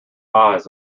eyes